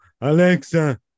Alexa